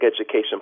Education